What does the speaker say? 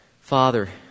Father